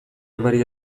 amari